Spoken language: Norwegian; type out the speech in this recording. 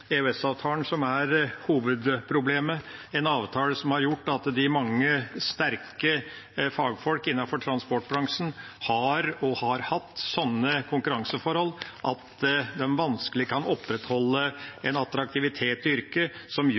som er hovedproblemet – en avtale som har gjort at mange sterke fagfolk i transportbransjen har og har hatt sånne konkurranseforhold at de vanskelig kan opprettholde en attraktivitet i yrket som gjør